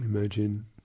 Imagine